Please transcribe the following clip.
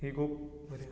ही खूब बरी आसा